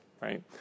right